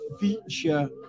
feature